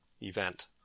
event